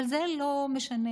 אבל זה לא משנה